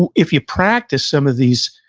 and if you practice some of these,